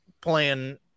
playing